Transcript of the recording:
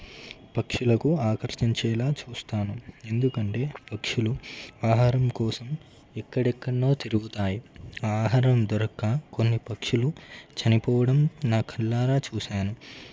పక్షులకు ఆకర్షించేలా చూస్తాను ఎందుకంటే పక్షులు ఆహారం కోసం ఎక్కడెక్కడనో తిరుగుతాయి ఆహారం దొరక్క కొన్ని పక్షులు చనిపోవడం నా కళ్ళారా చూశాను